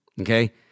okay